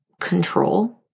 control